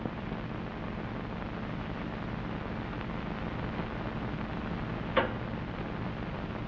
just